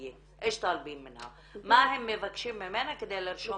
חולים מאיר והוא לא רשום,